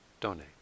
donate